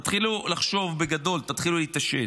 תתחילו לחשוב בגדול, תתחילו להתעשת.